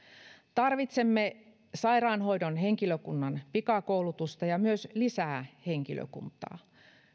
tarvitsemme sairaanhoidon henkilökunnan pikakoulutusta ja myös lisää henkilökuntaa